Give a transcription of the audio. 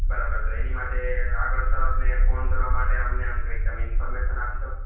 બરાબર તો એની માટે આગળ સરને ફોન કરવા માટે અમને આમ કઈ તમે ઇન્ફોર્મેશન આપી શકો